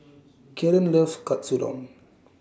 Kaeden loves Katsudon